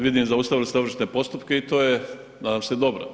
Vidim, zaustavili ste ovršne postupke i to je nadam se dobro.